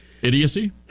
idiocy